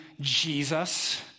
Jesus